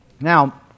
Now